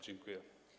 Dziękuję.